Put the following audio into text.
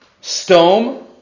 Stone